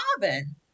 Robin